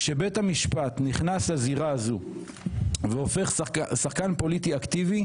כאשר בית המשפט נכנס לזירה הזו והופך שחקן פוליטי אקטיבי,